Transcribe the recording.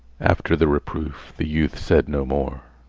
after the reproof the youth said no more.